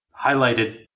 highlighted